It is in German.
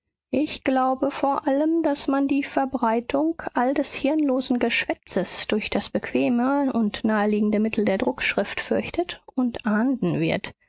ich glaube vor allem daß man die verbreitung all des hirnlosen geschwätzes durch das bequeme und naheliegende mittel der druckschrift fürchtet und ahnden wird